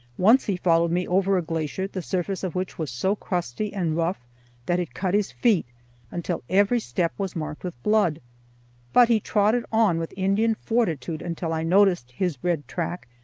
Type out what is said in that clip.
once he followed me over a glacier the surface of which was so crusty and rough that it cut his feet until every step was marked with blood but he trotted on with indian fortitude until i noticed his red track,